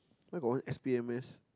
why got one S B M mass